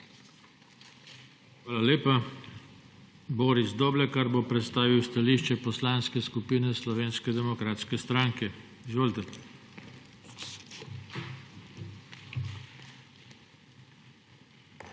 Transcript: dobil besedo Boris Doblekar, ki bo predstavil stališče Poslanske skupine Slovenske demokratske stranke. Izvolite.